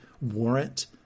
warrant